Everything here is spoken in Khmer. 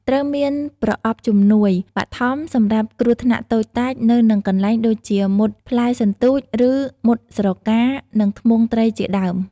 ត្រូវមាន ប្រអប់ជំនួយ បឋម សម្រាប់គ្រោះថ្នាក់តូចតាចនៅនឹងកន្លែងដូចជាមុតផ្លែសន្ទូល ឬ មុតស្រកា និងធ្មង់ត្រីជាដើម។